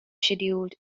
scheduled